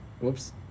Whoops